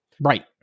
Right